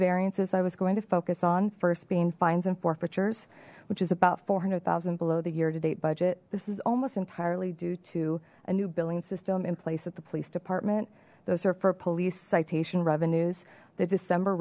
variances i was going to focus on first being fines and forfeitures which is about four hundred zero below the year to date budget this is almost entirely due to a new billing system in place at the police department those are for police citation revenues the december